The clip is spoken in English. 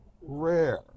rare